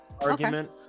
argument